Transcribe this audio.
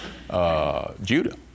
Judah